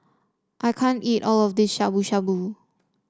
I can't eat all of this Shabu Shabu